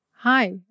Hi